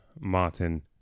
Martin